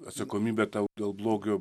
atsakomybę tau dėl blogio